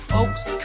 Folks